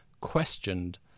questioned